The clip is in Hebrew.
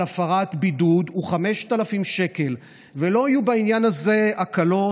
הפרת בידוד הוא 5,000 שקל ושלא יהיו בעניין הזה הקלות,